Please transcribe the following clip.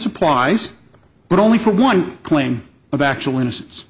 applies but only for one claim of actual in